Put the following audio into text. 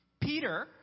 Peter